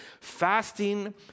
Fasting